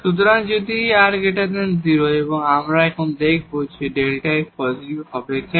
সুতরাং যদি এই r 0 আমরা এখন এখানে দেখব যে Δ f পজিটিভ হবে কেন